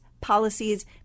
policies